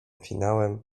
finałem